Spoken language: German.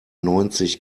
neunzig